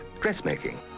dressmaking